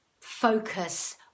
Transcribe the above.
focus